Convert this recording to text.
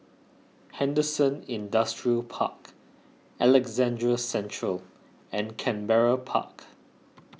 Henderson Industrial Park Alexandra Central and Canberra Park